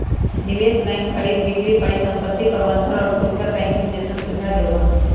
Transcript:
निवेश बैंक खरीद बिक्री परिसंपत्ति प्रबंध और फुटकर बैंकिंग जैसन सुविधा देवा हई